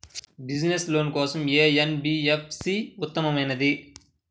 Business loan కోసం ఏ NBFC ఉత్తమమైనది?